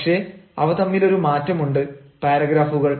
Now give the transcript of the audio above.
പക്ഷേ അവ തമ്മിൽ ഒരു മാറ്റമുണ്ട് പാരഗ്രാഫുകൾ